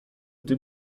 typ